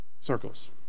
circles